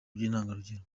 by’intangarugero